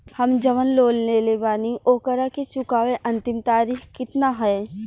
हम जवन लोन लेले बानी ओकरा के चुकावे अंतिम तारीख कितना हैं?